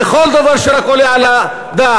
בכל דבר שרק עולה על הדעת.